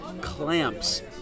clamps